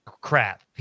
crap